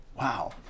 Wow